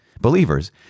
believers